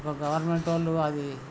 ఒక గవర్నమెంట్ వాళ్ళు అది